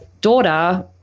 daughter